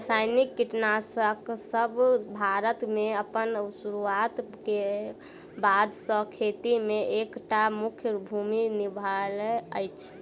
रासायनिक कीटनासकसब भारत मे अप्पन सुरुआत क बाद सँ खेती मे एक टा मुख्य भूमिका निभायल अछि